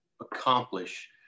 accomplish